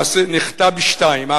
נחטא בשניים.